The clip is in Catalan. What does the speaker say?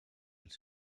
els